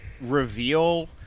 reveal